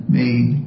made